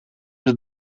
het